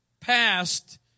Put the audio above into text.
passed